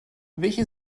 welche